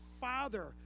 Father